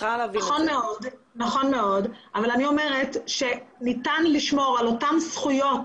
נכון מאוד אבל אני אומרת שניתן לשמור על אותן זכויות